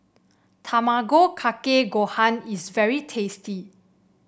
Tamago Kake Gohan is very tasty